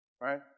Right